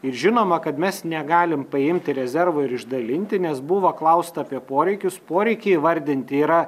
ir žinoma kad mes negalim paimti rezervo ir išdalinti nes buvo klausta apie poreikius poreikiai įvardinti yra